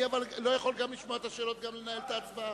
אבל אני לא יכול לשמוע את השאלות וגם לנהל את ההצבעה.